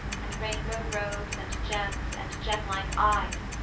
and rainbow robes, and gems and gemlike eyes,